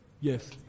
Yes